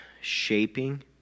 shaping